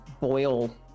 boil